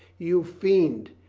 you fiend!